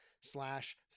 slash